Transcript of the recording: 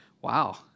Wow